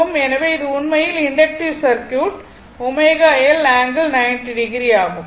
எனவே இது உண்மையில் இண்டக்ட்டிவ் சர்க்யூட்டுக்கு ω L ∠90o ஆகும்